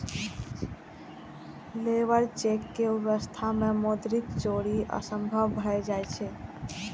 labour check के व्यवस्था मे मौद्रिक चोरी असंभव भए जाइ छै